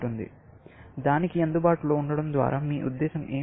దానికి అందుబాటులో ఉండటం ద్వారా మీ ఉద్దేశ్యం ఏమిటి